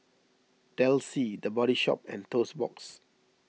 Delsey the Body Shop and Toast Box